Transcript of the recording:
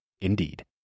Indeed